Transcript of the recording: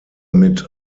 mit